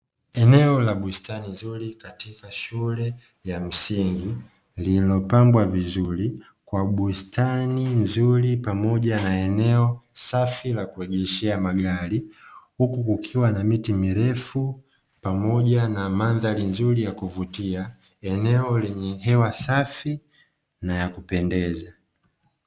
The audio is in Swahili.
Eneo la bustani nzuri katika shule ya msingi lililopambwa vizuri kwa bustani nzuri pamoja na eneo safi na kuonyesha magari, huku ukiwa na miti mirefu pamoja na mandhari nzuri ya kuvutia eneo lenye hewa safi na ya kupendeza.